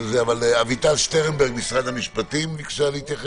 אביטל שטרנברג, משרד המשפטים, בבקשה.